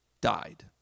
died